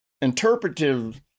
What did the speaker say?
interpretive